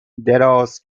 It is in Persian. دراز